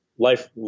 life